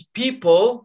people